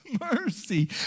Mercy